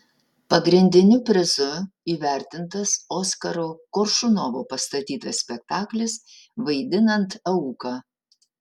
pagrindiniu prizu įvertintas oskaro koršunovo pastatytas spektaklis vaidinant auką